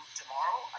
tomorrow